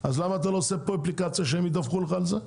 למה אתה לא עושה אפליקציה כדי שהמוסכים ידווחו לך על זה?